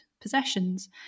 possessions